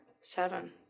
Seven